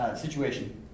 situation